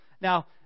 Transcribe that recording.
Now